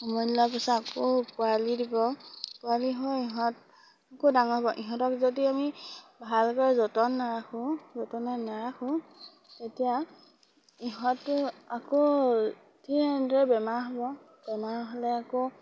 উমনি লোৱাৰ পিছত আকৌ পোৱালি দিব পোৱালি হৈ ইহঁত আকৌ ডাঙৰ হ'ব ইহঁতক যদি আমি ভালকৈ যতন নাৰাখোঁ যতনে নাৰাখোঁ তেতিয়া ইহঁতো আকৌ ঠিক এনেদৰে বেমাৰ হ'ব বেমাৰ হ'লে আকৌ